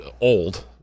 old